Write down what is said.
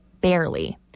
Barely